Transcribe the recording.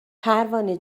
پروانه